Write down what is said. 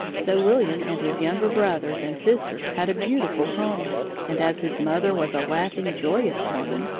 so william and his younger brothers and sisters had a beautiful home and as his mother was a laughing, joyous woman,